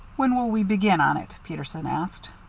when will we begin on it? peterson asked.